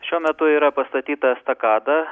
šiuo metu yra pastatyta estakada